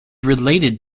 related